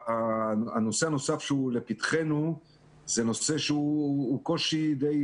נושא נוסף שהוא לפתחנו זה נושא שהוא קושי די